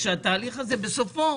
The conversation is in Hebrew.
והאם התהליך יביא בסופו